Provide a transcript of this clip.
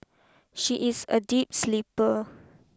she is a deep sleeper